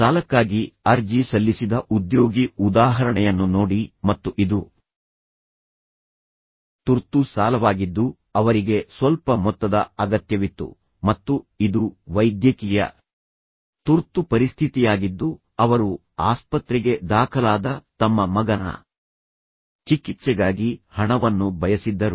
ಸಾಲಕ್ಕಾಗಿ ಅರ್ಜಿ ಸಲ್ಲಿಸಿದ ಉದ್ಯೋಗಿ ಉದಾಹರಣೆಯನ್ನು ನೋಡಿ ಮತ್ತು ಇದು ತುರ್ತು ಸಾಲವಾಗಿದ್ದು ಅವರಿಗೆ ಸ್ವಲ್ಪ ಮೊತ್ತದ ಅಗತ್ಯವಿತ್ತು ಮತ್ತು ಇದು ವೈದ್ಯಕೀಯ ತುರ್ತು ಪರಿಸ್ಥಿತಿಯಾಗಿದ್ದು ಅವರು ಆಸ್ಪತ್ರೆಗೆ ದಾಖಲಾದ ತಮ್ಮ ಮಗನ ಚಿಕಿತ್ಸೆಗಾಗಿ ಹಣವನ್ನು ಬಯಸಿದ್ದರು